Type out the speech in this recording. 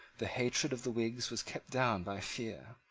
the hatred of the whigs was kept down by fear.